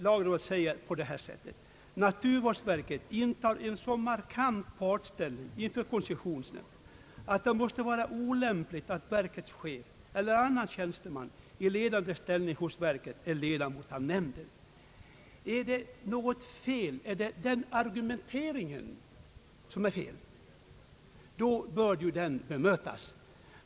Lagrådet framhåller: »Naturvårdsverket intar en så markant partställning inför koncessionsnämnden att det måste vara olämpligt att verkets chef eller annan tjänsteman i ledande ställning hos verket är ledamot av nämnden.» Är den argumenteringen fel bör den bemötas.